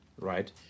right